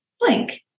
blank